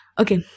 okay